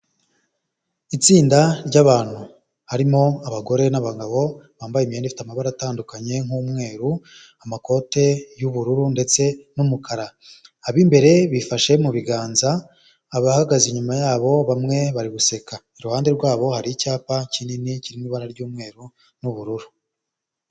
Itsinda ry'abantu harimo abagore n'abagabo bambaye imyenda ifite amabara atandukanye nk'umweru, amakote y'ubururu ndetse n'umukara, ab'imbere bifashe mu biganza abahagaze inyuma yabo bamwe bari guseka, iruhande rwabo hari icyapa kinini kirimo ibara ry'umweru n'ubururu.